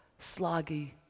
sloggy